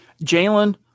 Jalen